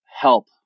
help